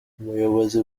umuyobozi